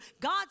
God